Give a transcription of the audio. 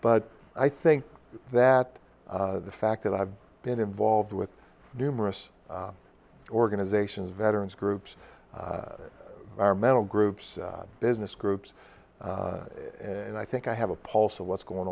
but i think that the fact that i've been involved with numerous organizations veterans groups are mental groups business groups and i think i have a pulse of what's going